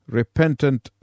repentant